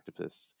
activists